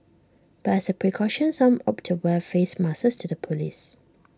but as A precaution some opted to wear face masks to the polls